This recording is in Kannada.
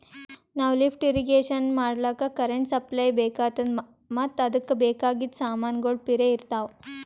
ನಾವ್ ಲಿಫ್ಟ್ ಇರ್ರೀಗೇಷನ್ ಮಾಡ್ಲಕ್ಕ್ ಕರೆಂಟ್ ಸಪ್ಲೈ ಬೆಕಾತದ್ ಮತ್ತ್ ಅದಕ್ಕ್ ಬೇಕಾಗಿದ್ ಸಮಾನ್ಗೊಳ್ನು ಪಿರೆ ಇರ್ತವ್